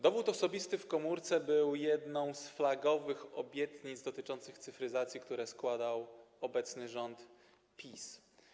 Dowód osobisty w komórce był jedną z flagowych obietnic dotyczących cyfryzacji, które składał obecny rząd PiS.